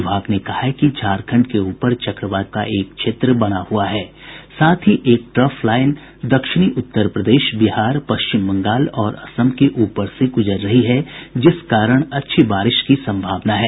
विभाग ने कहा है कि झारखंड के ऊपर चक्रवाती हवा का एक क्षेत्र बना हुआ है साथ ही एक ट्रफ लाइन दक्षिणी उत्तर प्रदेश बिहार पश्चिम बंगाल और असम के ऊपर से गुजर रही है जिस कारण अच्छी बारिश की सम्भावना है